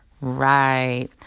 right